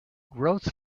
growth